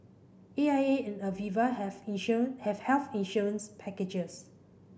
A I A and Aviva have have health insurance packages